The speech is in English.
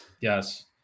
Yes